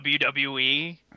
WWE